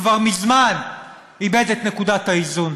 כבר מזמן איבד את נקודת האיזון.